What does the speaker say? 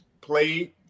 played